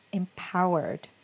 empowered